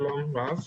שלום רב,